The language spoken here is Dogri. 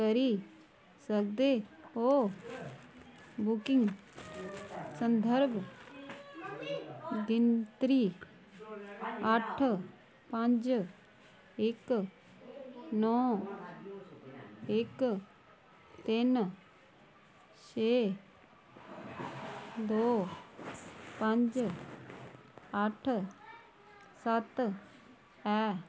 करी सकदे ओ बुकिंग संदर्भ गिनतरी अट्ठ पंज इक नौ इक तिन छे दो पंज अट्ठ सत्त ऐ